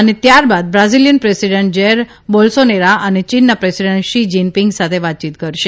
અને ત્યારબાદ Brazilian president Jair Bolsonaro અને ચીનના પ્રેસિડન્ટ શી જીન પીંગ સાથે વાતચીત કરશે